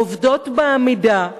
עובדות בעמידה,